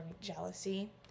jealousy